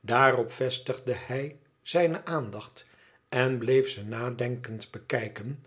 daarop vestigde hij zijne aandacht en bleef ze nadenkend bekijken